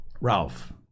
Ralph